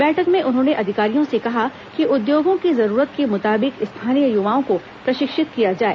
बैठक में उन्होंने अधिकारियों से कहा कि उद्योगों की जरूरत के मुताबिक स्थानीय युवाओं को प्रशिक्षित किया जाए